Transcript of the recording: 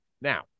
Now